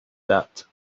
that